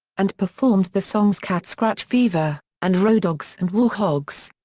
and performed the songs cat scratch fever and rawdogs and warhogs.